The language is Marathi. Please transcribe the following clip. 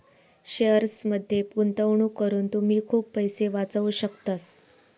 शेअर्समध्ये गुंतवणूक करून तुम्ही खूप पैसे वाचवू शकतास